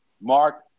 Mark